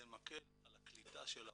זה מקל על קליטת העולים,